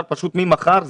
אפשר פשוט ממחר,